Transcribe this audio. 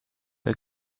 her